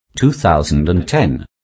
2010